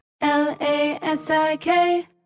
L-A-S-I-K